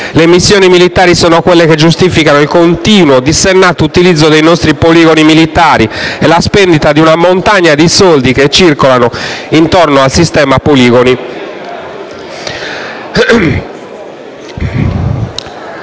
Le missioni militari sono quelle che giustificano il continuo, dissennato utilizzo dei nostri poligoni militari e la spendita di una montagna di soldi che circolano intorno al sistema poligoni.